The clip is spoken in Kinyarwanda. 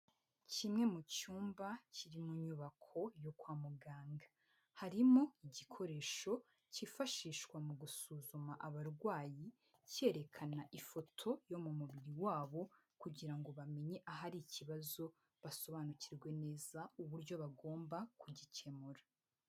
Kimwe mu cyumba kiri mu nyubako yo kwa muganga. Harimo igikoresho cyifashishwa mu gusuzuma abarwayi, cyerekana ifoto yo mu mubiri wabo kugira ngo bamenye ahari ikibazo, basobanukirwe neza uburyo bagomba kugikemura.